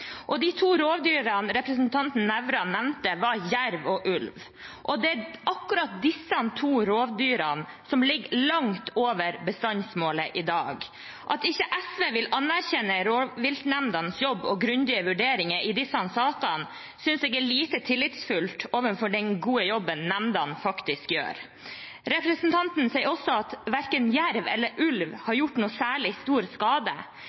stortinget. De to rovdyrene representanten Nævra nevnte, var jerv og ulv, og det er akkurat disse to rovdyrene som ligger langt over bestandsmålet i dag. At ikke SV vil anerkjenne rovviltnemndenes jobb og grundige vurderinger i disse sakene, synes jeg er lite tillitsfullt overfor den gode jobben nemndene faktisk gjør. Representanten Nævra sier også at verken jerv eller ulv har gjort noen særlig stor skade.